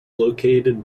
located